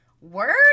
word